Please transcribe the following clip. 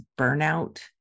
burnout